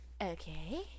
okay